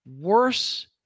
worse